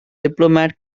diplomat